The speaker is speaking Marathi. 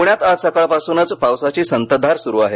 प्ण्यात आज सकाळ पासूनच पावसाची संततधार सुरू आहे